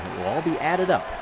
will all be added up.